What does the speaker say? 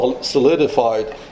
solidified